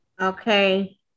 Okay